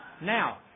now